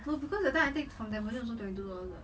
no because that time I take from tampines also twenty two dollars [what]